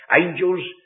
Angels